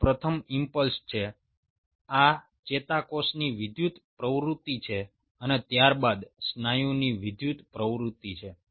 આ પ્રથમ ઈમ્પલ્સ છે આ ચેતાકોષની વિદ્યુત પ્રવૃત્તિ છે અને ત્યારબાદ સ્નાયુની વિદ્યુત પ્રવૃત્તિ છે